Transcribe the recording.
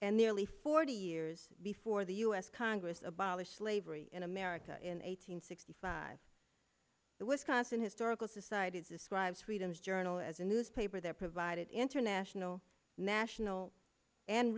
and nearly forty years before the u s congress abolished slavery in america in eight hundred sixty five the wisconsin historical society describes freedom's journal as a newspaper that provided international national and